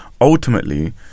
ultimately